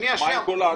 מה עם כל האתרים?